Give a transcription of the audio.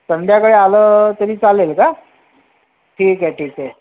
संध्याकाळी आलं तरी चालेल का ठीक आहे ठीक आहे